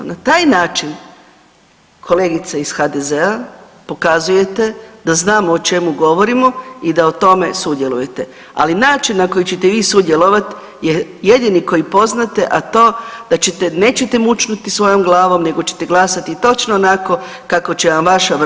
Na taj način kolegice iz HDZ-a pokazujete da znamo o čemu govorimo i da u tome sudjelujete, ali način na koji ćete vi sudjelovat je jedini koji poznate, a to da nećete mućnuti svojom glavom nego ćete glasati točno onako kako će vam vaša vrhuška reći.